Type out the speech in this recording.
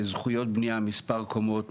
זכויות בניה מספר קומות,